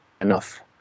enough